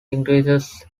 increases